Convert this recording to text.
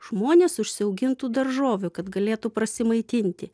žmonės užsiaugintų daržovių kad galėtų prasimaitinti